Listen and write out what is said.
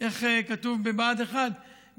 איך כתוב בבה"ד 1?